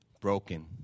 broken